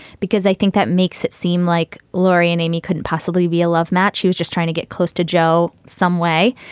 because i that makes it seem like lori and amy couldn't possibly be a love match. she was just trying to get close to joe some way.